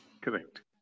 Correct